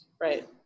right